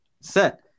set